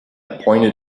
pointed